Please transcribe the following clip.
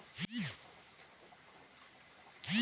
QR code कि हई छई?